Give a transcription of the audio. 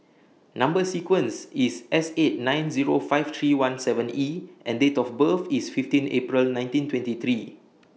Number sequence IS S eight nine Zero five three one seven E and Date of birth IS fifteen April nineteen twenty three